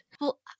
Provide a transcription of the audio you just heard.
Well-